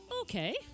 Okay